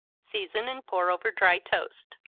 season and pour over dry toast.